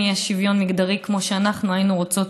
אין שוויון מגדרי כמו שאנחנו היינו רוצות